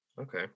Okay